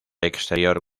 exterior